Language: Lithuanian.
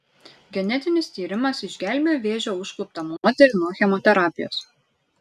genetinis tyrimas išgelbėjo vėžio užkluptą moterį nuo chemoterapijos